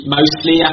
mostly